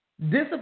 Discipline